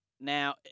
Now